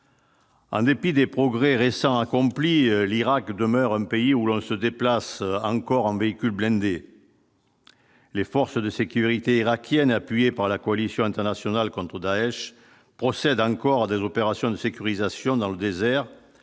En dépit des progrès récents accomplis l'Irak demeure un pays où l'on se déplace encore en véhicules blindés, les forces de sécurité irakiennes appuyées par la coalition internationale contre Daech procèdent encore à des opérations de sécurisation dans le désert,